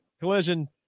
Collision